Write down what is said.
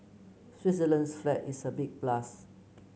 Switzerland's flag is a big plus